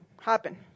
happen